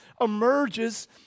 emerges